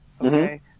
Okay